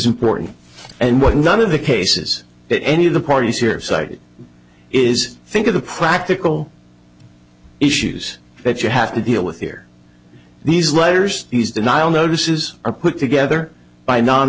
important and what none of the cases that any of the parties here cited is think of the practical issues that you have to deal with here these letters these denial notices are put together by non